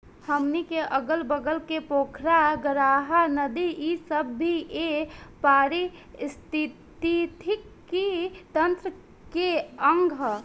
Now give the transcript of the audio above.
हमनी के अगल बगल के पोखरा, गाड़हा, नदी इ सब भी ए पारिस्थिथितिकी तंत्र के अंग ह